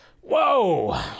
Whoa